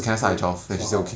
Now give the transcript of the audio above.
eh 这么好